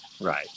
Right